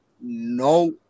no